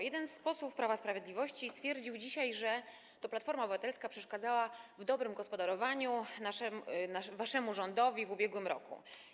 Jeden z posłów Prawa i Sprawiedliwości stwierdził dzisiaj, że to Platforma Obywatelska przeszkadzała w dobrym gospodarowaniu waszemu rządowi w ubiegłym roku.